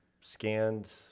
scanned